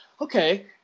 okay